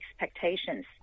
expectations